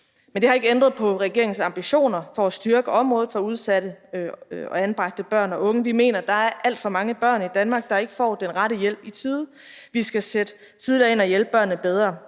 Men det har ikke ændret på regeringens ambitioner om at styrke området for udsatte og anbragte børn for unge. Vi mener, at der er alt for mange børn i Danmark, der ikke får den rette hjælp i tide. Vi skal sætte tidligere ind og hjælpe børnene bedre.